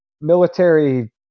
military